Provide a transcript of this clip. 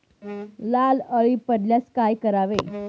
लाल अळी पडल्यास काय करावे?